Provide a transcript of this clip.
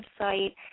website